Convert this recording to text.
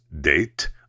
date